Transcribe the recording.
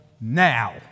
now